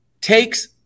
takes